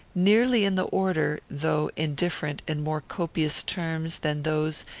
nearly in the order, though in different and more copious terms than those,